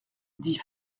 dit